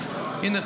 הינה,